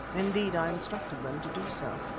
indeed i instructed them to do so.